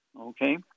Okay